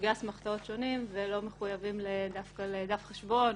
סוגי אסמכתאות שונים ולא מחויבים דווקא לדף חשבון.